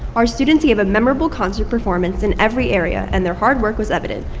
our students gave a memorable concert performance in every area, and their hard work was evident.